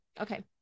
Okay